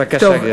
בבקשה, גברתי.